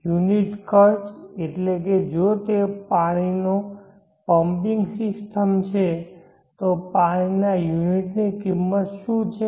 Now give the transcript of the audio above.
unit ખર્ચ એટલે કે જો તે પાણીનો પમ્પિંગ સિસ્ટમ છે તો પાણીના યુનિટ ની કિંમત શું છે